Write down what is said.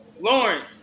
Lawrence